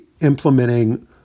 implementing